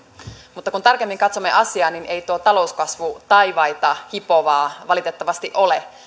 mutta kun tarkemmin katsomme asiaa ei tuo talouskasvu taivaita hipovaa valitettavasti ole